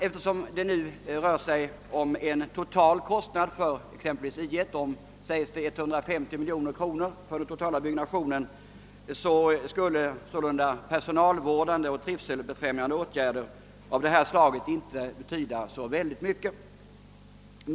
Eftersom det nu rör sig om en lotal byggnadskostnad på 150 miljoner kronor för I 1 skulle personalvårdande och trivselbefrämjande åtgärder av detta slag inte betyda så särskilt mycket.